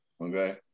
Okay